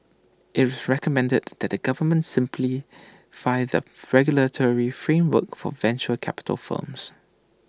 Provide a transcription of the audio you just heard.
IT recommended that the government simplify the regulatory framework for venture capital firms